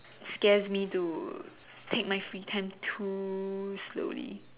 scares me to take my free time too slowly